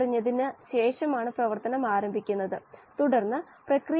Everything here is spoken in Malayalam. അതിനാൽ yAi എന്ന ഒരു സ്ഥിരാങ്കത്തെ xAiഎന്നായിഎഴുതാം